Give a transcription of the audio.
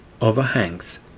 overhangs